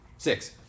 Six